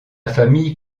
famille